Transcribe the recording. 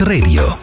Radio